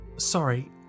Sorry